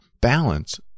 Balance